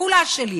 כולה שלי,